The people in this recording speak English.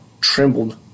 trembled